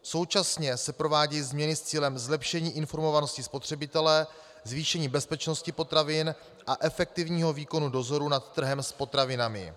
Současně se provádějí změny s cílem zlepšení informovanosti spotřebitele, zvýšení bezpečnosti potravin a efektivního výkonu dozoru nad trhem s potravinami.